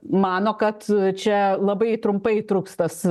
mano kad čia labai trumpai truks tas